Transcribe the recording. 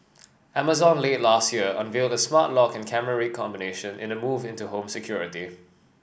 Amazon late last year unveiled a smart lock and camera combination in a move into home security